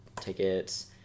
tickets